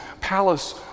palace